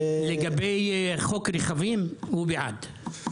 לגבי חוק הרכבים, הוא בעד.